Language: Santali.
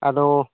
ᱟᱫᱚ